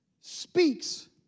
speaks